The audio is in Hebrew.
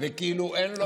וכאילו אין לו זכות,